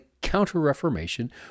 Counter-Reformation